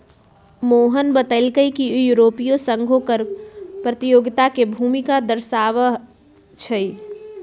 मोहन बतलकई कि यूरोपीय संघो कर प्रतियोगिता के भूमिका दर्शावाई छई